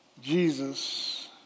Jesus